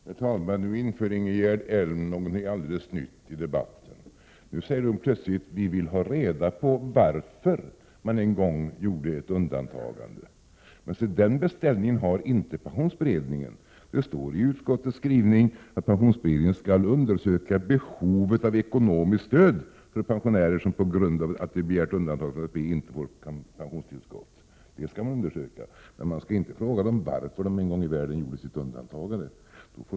Herr talman! Nu inför Ingegerd Elm något alldeles nytt i debatten. Hon säger plötsligt att vi vill ha reda på varför dessa personer en gång gjorde ett undantagande. Men se den beställningen har inte pensionsberedningen. Det står i utskottets skrivning att den skall ”undersöka behovet av ekonomiskt stöd för pensionärer som på grund av att de begärt undantagande från ATP inte kan erhålla pensionstillskott”. Däremot skall den inte fråga varför de en gång i världen gjorde sitt undantagande.